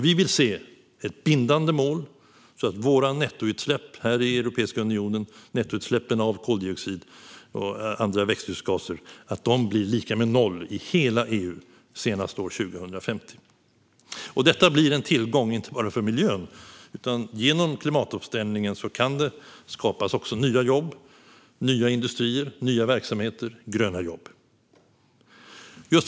Vi vill se ett bindande mål där våra nettoutsläpp av koldioxid och andra växthusgaser blir lika med noll i hela EU senast år 2050. Detta blir en tillgång inte bara för miljön, utan genom klimatomställningen kan det skapas nya jobb, nya industrier, nya verksamheter och gröna jobb.